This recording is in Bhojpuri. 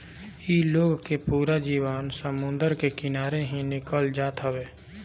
इ लोग के पूरा जीवन समुंदर के किनारे ही निकल जात हवे